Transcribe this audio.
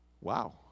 Wow